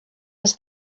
ens